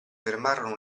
fermarono